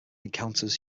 encounters